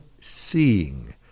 seeing